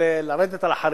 ולרדת על החרדים.